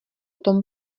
tom